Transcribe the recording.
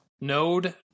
node